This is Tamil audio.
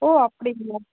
ஓ அப்படிங்களா